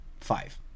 five